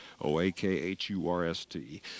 O-A-K-H-U-R-S-T